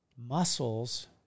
muscles –